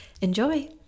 Enjoy